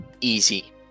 Easy